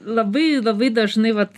labai labai dažnai vat